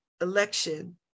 election